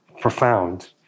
profound